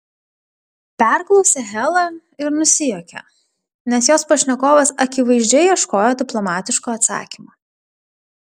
perklausė hela ir nusijuokė nes jos pašnekovas akivaizdžiai ieškojo diplomatiško atsakymo